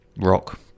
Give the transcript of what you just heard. rock